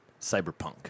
cyberpunk